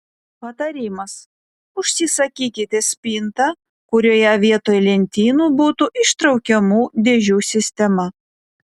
patarimas užsisakykite spintą kurioje vietoj lentynų būtų ištraukiamų dėžių sistema